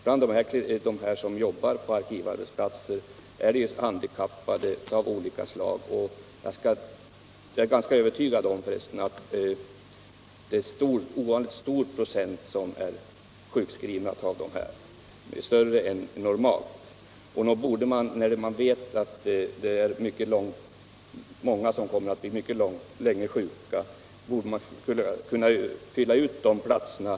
Bland dem som jobbar på arkivarbetsplatser är många handikappade av olika slag och en ovanligt stor procent är sjukskrivna, i vissa fall mycket länge. Här borde man kunna ändra på förhållandet, så att de som är långtidssjuka inte får uppehålla dessa platser utan lämna dem till andra som behöver dem.